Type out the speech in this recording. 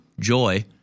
joy